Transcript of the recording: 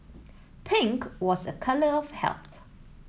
pink was a colour of health